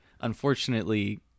unfortunately